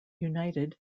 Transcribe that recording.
united